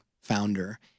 founder